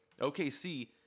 OKC